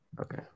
Okay